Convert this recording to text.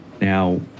Now